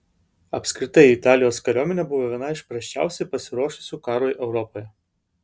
apskritai italijos kariuomenė buvo viena iš prasčiausiai pasiruošusių karui europoje